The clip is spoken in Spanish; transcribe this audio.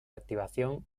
activación